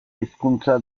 hizkuntza